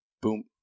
boom